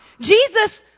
Jesus